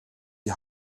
die